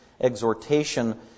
exhortation